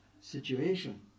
situation